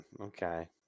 Okay